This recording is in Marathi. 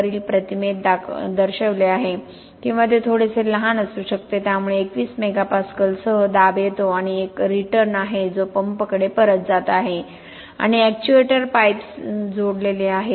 वरील प्रतिमेतच दर्शविले आहे किंवा ते थोडेसे लहान असू शकते त्यामुळे 21 MPa सह दाब येतो आणि एक रिटर्न आहे जो पंपकडे परत जात आहे आणि एक्च्युएटरर पाईप्स जोडलेले आहेत